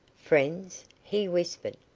friends, he whispered.